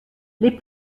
les